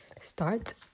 start